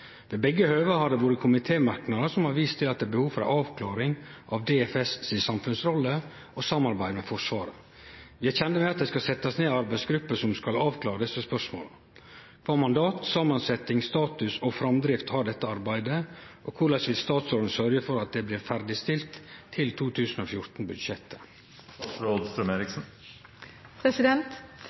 Ved begge høva har det vore komitémerknader som har vist til at det er behov for ei avklaring av DFS si samfunnsrolle og samarbeid med Forsvaret. Vi er kjende med at det skal settast ned ei arbeidsgruppe som skal avklare desse spørsmåla. Kva mandat, samansetting, status og framdriftsplan har dette arbeidet, og korleis vil statsråden sørgje for at dette blir ferdigstilt til